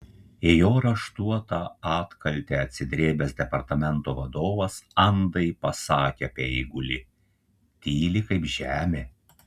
į jo raštuotą atkaltę atsidrėbęs departamento vadovas andai pasakė apie eigulį tyli kaip žemė